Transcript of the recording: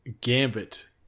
Gambit